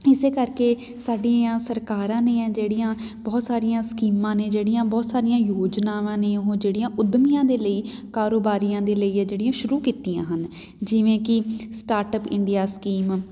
ਇਸੇ ਕਰਕੇ ਸਾਡੀਆਂ ਸਰਕਾਰਾਂ ਨੇ ਆ ਜਿਹੜੀਆਂ ਬਹੁਤ ਸਾਰੀਆਂ ਸਕੀਮਾਂ ਨੇ ਜਿਹੜੀਆਂ ਬਹੁਤ ਸਾਰੀਆਂ ਯੋਜਨਾਵਾਂ ਨੇ ਉਹ ਜਿਹੜੀਆਂ ਉੱਦਮੀਆਂ ਦੇ ਲਈ ਕਾਰੋਬਾਰੀਆਂ ਦੇ ਲਈ ਹੈ ਜਿਹੜੀਆਂ ਸ਼ੁਰੂ ਕੀਤੀਆਂ ਹਨ ਜਿਵੇਂ ਕਿ ਸਟਾਰਟਅਪ ਇੰਡੀਆ ਸਕੀਮ